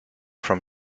from